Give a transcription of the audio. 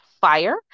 fire